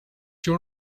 your